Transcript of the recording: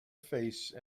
face